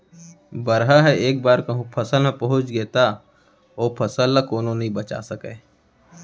बरहा ह एक बार कहूँ फसल म पहुंच गे त ओ फसल ल कोनो नइ बचा सकय